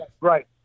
Right